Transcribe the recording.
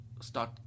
start